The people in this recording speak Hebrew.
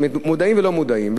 מודעים ולא מודעים,